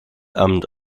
amt